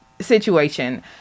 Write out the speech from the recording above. situation